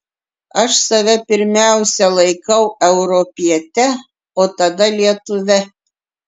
aš save pirmiausia laikau europiete o tada lietuve